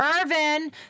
Irvin